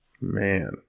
man